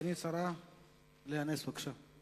סגנית השר לאה נס, בבקשה.